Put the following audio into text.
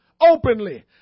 openly